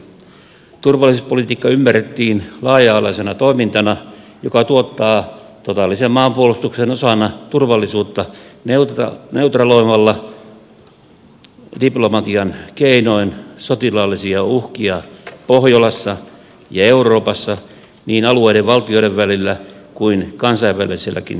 turvallisuuspolitiikka ymmärrettiin laaja alaisena toimintana joka tuottaa totaalisen maanpuolustuksen osana turvallisuutta neutraloimalla diplomatian keinoin sotilaallisia uhkia pohjolassa ja euroopassa niin alueiden valtioiden välillä kuin kansainväliselläkin tasolla